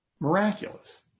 Miraculous